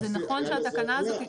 זה נכון שהתקנה הזאת,